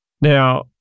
Now